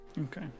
Okay